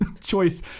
choice